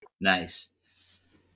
nice